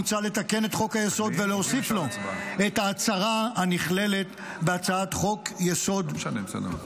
מוצע לתקן את חוק-היסוד ולהוסיף לו את ההצהרה הנכללת בהצעת חוק-יסוד זו.